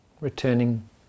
Returning